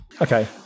Okay